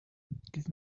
give